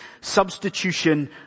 substitution